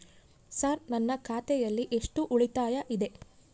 Sir ನನ್ನ ಖಾತೆಯಲ್ಲಿ ಎಷ್ಟು ಉಳಿತಾಯ ಇದೆ?